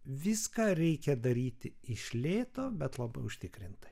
viską reikia daryti iš lėto bet labai užtikrintai